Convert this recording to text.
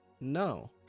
No